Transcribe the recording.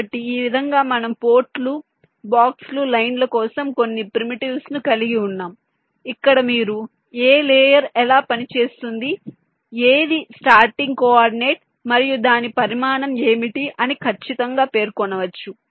కాబట్టి ఈ విధంగా మనం పోర్టులు బాక్స్ లు లైన్ ల కోసం కొన్ని ప్రిమిటివ్స్ ను కలిగి ఉన్నాం ఇక్కడ మీరు ఏ లేయర్ ఎలా పనిచేస్తుంది ఏది స్టార్టింగ్ కోఆర్డినేట్ మరియు దాని పరిమాణం ఏమిటి అని ఖచ్చితంగా పేర్కొనవచ్చు